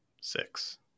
six